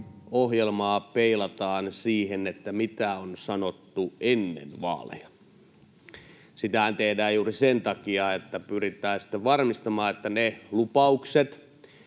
ohjelmaa peilataan siihen, mitä on sanottu ennen vaaleja. Sitähän tehdään juuri sen takia, että pyritään sitten varmistamaan, että ne lupaukset,